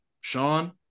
sean